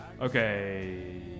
Okay